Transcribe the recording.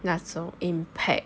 那种 impact